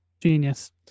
Genius